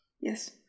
yes